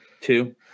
Two